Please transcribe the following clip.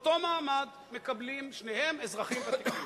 אותו מעמד, מקבלים, שניהם אזרחים ותיקים.